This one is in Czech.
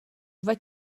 dva